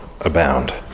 abound